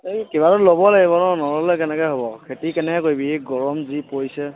সেই কিবা এটা ল'ব লাগিব ন নল'লে কেনেকৈ হ'ব খেতি কেনেকৈ কৰিবি এই গৰম যি পৰিছে